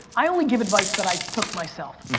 i only give advice that i took myself.